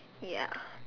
ya